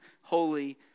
holy